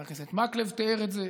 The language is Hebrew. חבר הכנסת מקלב תיאר את זה,